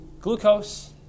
glucose